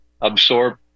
absorb